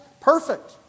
Perfect